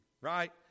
right